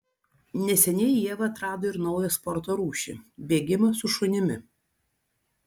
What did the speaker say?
neseniai ieva atrado ir naują sporto rūšį bėgimą su šunimi